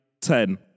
ten